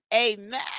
amen